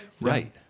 Right